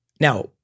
Now